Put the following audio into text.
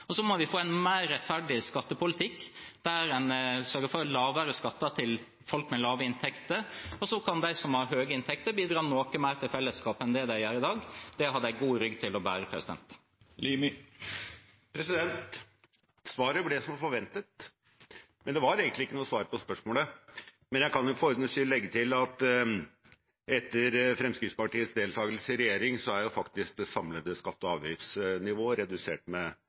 må få en mer rettferdig skattepolitikk der en sørger for lavere skatter til folk med lave inntekter, og så kan de som har høye inntekter, bidra noe mer til fellesskapet enn det de gjør i dag. Det har de god rygg til å bære. Svaret ble som forventet, men det var egentlig ikke noe svar på spørsmålet. Jeg kan for ordens skyld legge til at etter Fremskrittspartiets deltakelse i regjering, er det samlede skatte- og avgiftsnivået redusert med